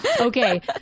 okay